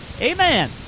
Amen